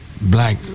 black